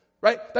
right